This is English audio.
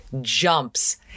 jumps